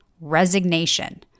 Resignation